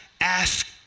ask